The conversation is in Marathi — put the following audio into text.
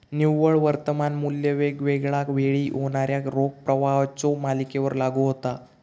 निव्वळ वर्तमान मू्ल्य वेगवेगळा वेळी होणाऱ्यो रोख प्रवाहाच्यो मालिकेवर लागू होता